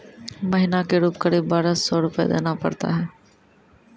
महीना के रूप क़रीब बारह सौ रु देना पड़ता है?